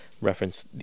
reference